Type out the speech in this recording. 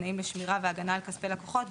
תנאים לשמירה והגנה על כספי לקוחות,